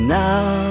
now